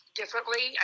differently